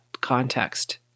context